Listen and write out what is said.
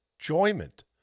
enjoyment